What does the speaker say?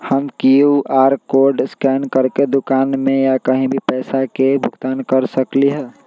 हम QR code scan करके दुकान में या कहीं भी पैसा के भुगतान कर सकली ह?